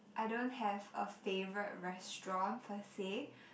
I don't have a favourite restaurant per say